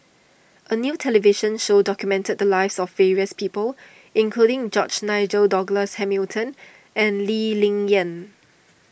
a new television show documented the lives of various people including George Nigel Douglas Hamilton and Lee Ling Yen